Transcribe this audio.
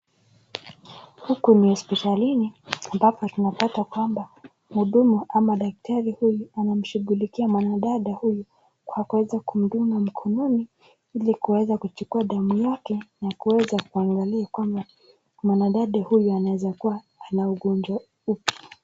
Hapa ni hospitalini am apo tunapata kwamba muhudumu ama daktari huyu anamshukulikia mwanadada huyu kwa kumdunga mknoni hili kuweza kuchuakuwa damu yake na kuweza kuangalia kwamba mwanadada huyu anaeza kuwa na ugonjwa upi.